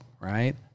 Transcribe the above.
right